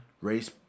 race